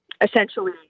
essentially